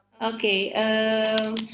Okay